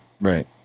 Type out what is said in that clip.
Right